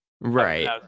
Right